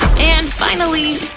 and finally,